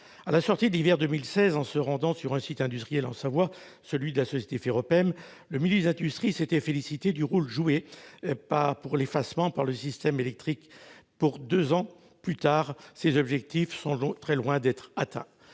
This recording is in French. À la sortie de l'hiver 2016, lors d'un déplacement sur un site industriel en Savoie, celui de la société Ferropem, le ministre de l'industrie s'était félicité du rôle joué par l'effacement dans le système électrique. Pourtant, deux ans plus tard, les objectifs sont très loin d'être atteints.